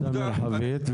מרחבית.